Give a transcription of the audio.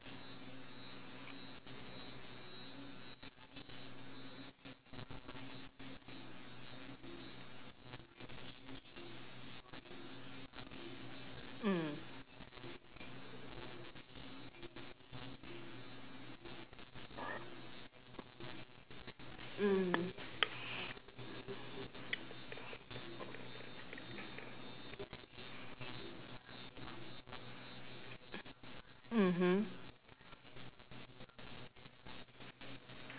mm mm mmhmm